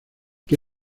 que